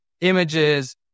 images